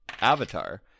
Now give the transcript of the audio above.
avatar